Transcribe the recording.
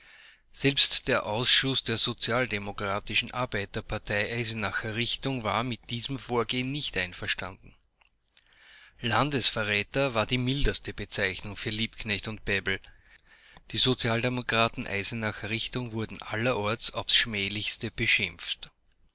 selbst der ausschuß der sozialdemokratischen arbeiter partei eisenacher richtung war mit diesem vorgehen nicht einverstanden landesverräter war die mildeste bezeichnung für liebknecht und bebel die sozialdemokraten eisenacher richtung wurden allerorten aufs schmählichste beschimpft